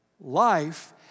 life